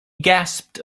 gasped